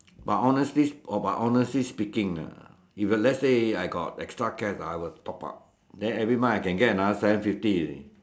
but honestly s~ but honestly speaking ah if uh let's say I got extra cash ah I will have to top up then every month I can get another seven fifty already